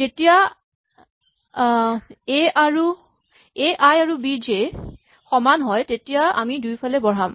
যেতিয়া A I আৰু B J সমান হয় তেতিয়া আমি দুয়োফালে বঢ়াম